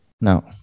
Now